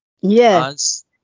Yes